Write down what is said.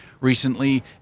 recently